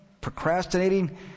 procrastinating